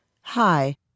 Hi